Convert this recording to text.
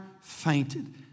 fainted